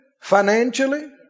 financially